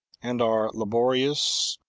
and are laborious,